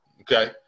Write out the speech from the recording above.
Okay